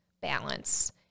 balance